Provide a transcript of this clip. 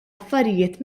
affarijiet